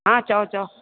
हा चयो चयो